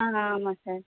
ஆ ஆமாம் சார்